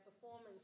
performance